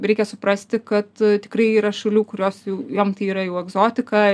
reikia suprasti kad tikrai yra šalių kurios jau jom tai yra jau egzotika